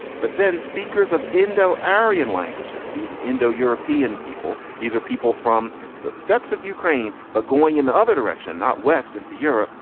but then speakers of indo aryan languages, these indo european people, these are people from the steps of ukraine, but going in the other direction, not west into europe,